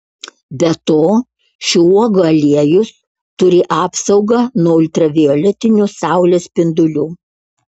be to šių uogų aliejus turi apsaugą nuo ultravioletinių saulės spindulių